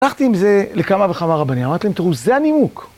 הלכתי עם זה לכמה וכמה רבנים, אמרתי להם, תראו, זה הנימוק.